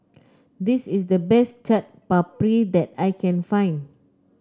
this is the best Chaat Papri that I can find